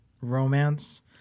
romance